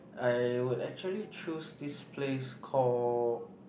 I would actually choose this place call